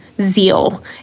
zeal